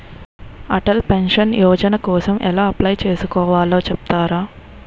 Atal pension Yojana కోసం ఎలా apply చేసుకోవాలో చెపుతారా?